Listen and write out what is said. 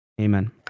Amen